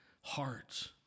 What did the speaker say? hearts